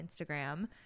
Instagram